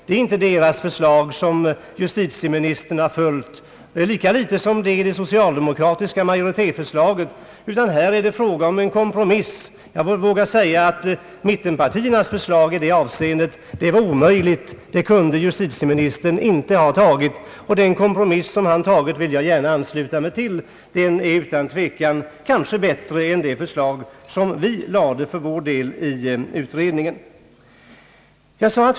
Justitieministern har inte följt deras förslag och inte heller det socialdemokratiska majoritetsförslaget, utan det är fråga om en kompromiss. Jag vågar nog säga, att mittenpartiernas förslag i detta avseende var omöjligt. Det kunde justitieministern inte ha följt. Den kompromiss som han har kommit fram till vill jag gärna ansluta mig till. Den är utan tvekan bättre än det förslag som vi lade fram i utredningen.